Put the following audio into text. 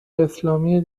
اسلامی